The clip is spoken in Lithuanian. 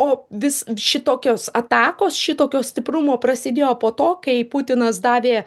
o vis šitokios atakos šitokio stiprumo prasidėjo po to kai putinas davė